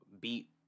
beat